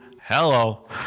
hello